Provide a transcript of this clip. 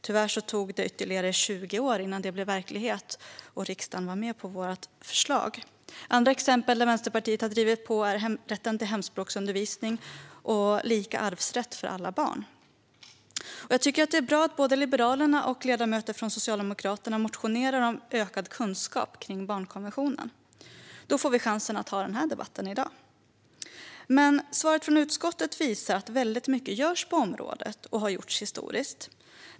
Tyvärr tog det ytterligare 20 år innan det blev verklighet och riksdagen var med på vårt förslag. Andra exempel på att Vänsterpartiet har drivit på gäller rätten till hemspråksundervisning och lika arvsrätt för alla barn. Jag tycker att det är bra att både Liberalerna och ledamöter från Socialdemokraterna motionerar om ökad kunskap om barnkonventionen. Då får vi chansen att ha denna debatt i dag. Men svaret från utskottet visar att väldigt mycket görs, och har gjorts historiskt, på området.